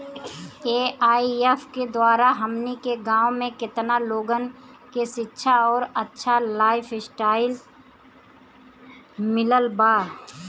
AIF के द्वारा हमनी के गांव में केतना लोगन के शिक्षा और अच्छा लाइफस्टाइल मिलल बा